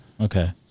Okay